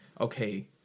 okay